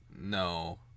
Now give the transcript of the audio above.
No